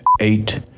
Eight